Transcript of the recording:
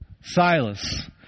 Silas